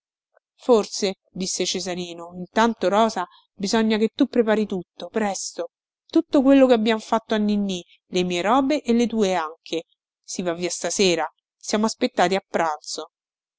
forse disse cesarino intanto rosa bisogna che tu prepari tutto presto tutto quello che abbiam fatto a ninnì le mie robe e le tue anche si va via stasera siamo aspettati a pranzo